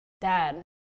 dad